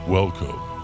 Welcome